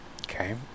okay